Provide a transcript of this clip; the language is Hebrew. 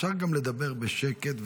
אפשר גם לדבר בשקט,